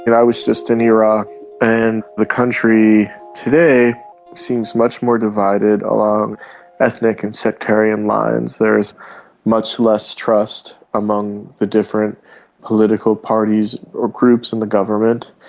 and i was just in iraq and the country today seems much more divided along ethnic and sectarian lines. there is is much less trust among the different political parties or groups in the government,